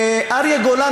אריה גולן,